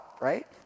right